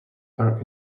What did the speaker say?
are